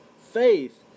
faith